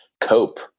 cope